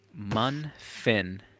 Munfin